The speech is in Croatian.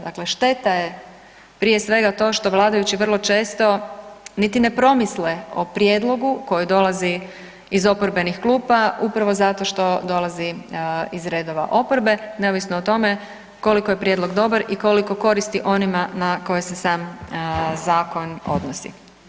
Dakle, šteta je prije svega to što vladajući vrlo često niti ne promisle o prijedlogu koje dolazi iz oporbenih klupa upravo zato što dolazi iz redova oporbe, neovisno o tome koliko je prijedlog dobar i koliko koristi onima na koje se sam zakon odnosi.